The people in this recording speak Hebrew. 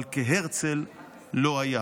אבל כהרצל לא היה,